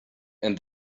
and